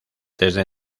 desde